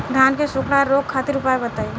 धान के सुखड़ा रोग खातिर उपाय बताई?